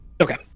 Okay